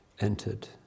entered